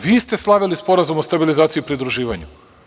Vi ste slavili Sporazum o stabilizaciji i pridruživanju.